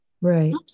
Right